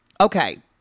Okay